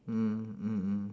mm mm mm